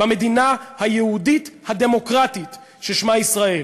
במדינה היהודית הדמוקרטית ששמה ישראל,